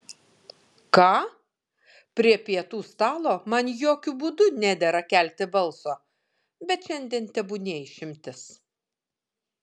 ką prie pietų stalo man jokiu būdu nedera kelti balso bet šiandien tebūnie išimtis